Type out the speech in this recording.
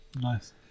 nice